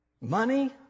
money